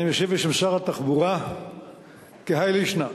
אני משיב בשם שר התחבורה כהאי לישנא: